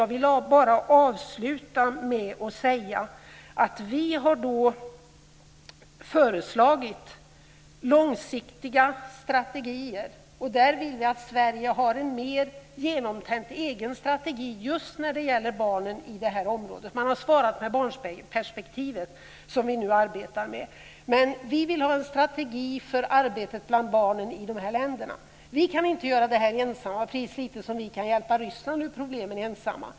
Jag vill bara avsluta med att säga att vi har föreslagit långsiktiga strategier. Vi vill att Sverige ska ha en mer genomtänkt egen strategi just när det gäller barnen i detta område. Man har svarat med barnperspektivet som vi nu arbetar med. Men vi vill ha en strategi för arbetet bland barnen i dessa länder. Vi kan inte göra det här ensamma, precis lika lite som vi kan hjälpa Ryssland ur problemen ensamma.